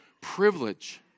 privilege